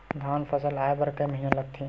धान फसल आय बर कय महिना लगथे?